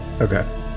okay